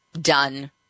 done